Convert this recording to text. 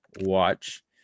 watch